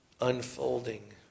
unfolding